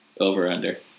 over-under